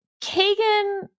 Kagan